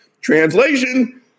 Translation